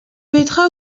petra